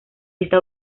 está